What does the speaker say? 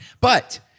But-